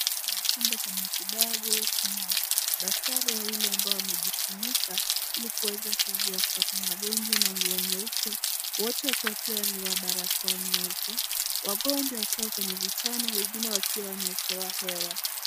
Chumba cha matibabu na daktari wawili ambao wamejifunika ili kuweza kuwazuia kupata magonjwa na nguo nyeupe wote wakiwa pia na barakoa nyeupe wagonjwa wakiwa kwenye vitanda wengine wakiwa wamewekewa hewa.